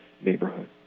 neighborhood